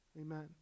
Amen